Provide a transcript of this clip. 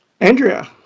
Andrea